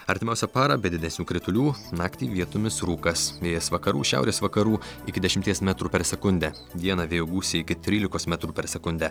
artimiausią parą be didesnių kritulių naktį vietomis rūkas vėjas vakarų šiaurės vakarų iki dešimties metrų per sekundę dieną vėjo gūsiai iki trylikos metrų per sekundę